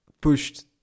pushed